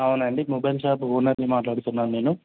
అవునండి mobile shop ఓనర్ని మాట్లాడుతున్నాను నేను